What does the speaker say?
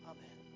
Amen